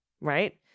right